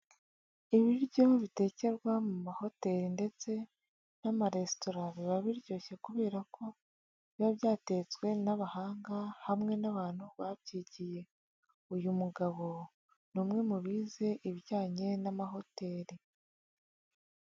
Ibiryo bitekerwa mu mahoteri ndetse n'amaresitora biba biryoshye kubera ko biba byatetswe n'abahanga hamwe n'abantu babyigiye. Uyu mugabo ni umwe mu bize ibijyanye n'amahoteri.